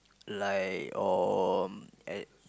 like or at